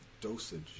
dosage